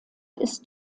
ist